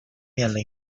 面临